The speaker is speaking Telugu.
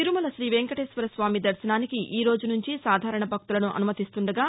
తిరుమల శ్రీవెంకటేశ్వరస్వామి దర్భనానికి ఈరోజు నుంచి సాధారణ భక్తులను అనుమతిస్తుండగా